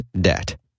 debt